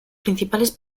principales